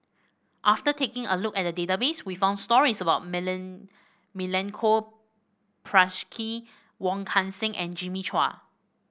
after taking a look at the database we found stories about Milenko Prvacki Wong Kan Seng and Jimmy Chua